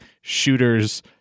shooters